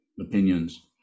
opinions